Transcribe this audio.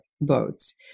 votes